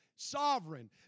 sovereign